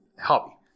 hobby